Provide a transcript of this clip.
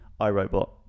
iRobot